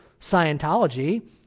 Scientology